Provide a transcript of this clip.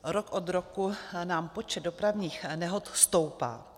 Rok od roku nám počet dopravních nehod stoupá.